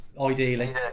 ideally